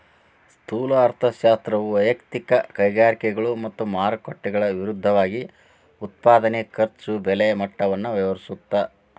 ಸ್ಥೂಲ ಅರ್ಥಶಾಸ್ತ್ರವು ವಯಕ್ತಿಕ ಕೈಗಾರಿಕೆಗಳು ಮತ್ತ ಮಾರುಕಟ್ಟೆಗಳ ವಿರುದ್ಧವಾಗಿ ಉತ್ಪಾದನೆ ಖರ್ಚು ಬೆಲೆ ಮಟ್ಟವನ್ನ ವ್ಯವಹರಿಸುತ್ತ